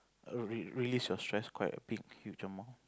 err re~release your stress quite a big huge amount